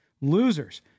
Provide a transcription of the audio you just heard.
Losers